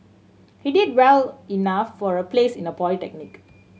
he did well enough for a place in a polytechnic